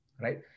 right